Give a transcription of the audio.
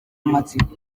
amatsiko